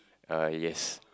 uh yes